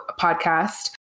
podcast